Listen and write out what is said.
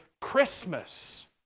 Christmas